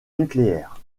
nucléaire